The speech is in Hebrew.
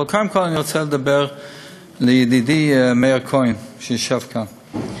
אבל קודם כול אני רוצה לומר לידידי מאיר כהן שיושב כאן: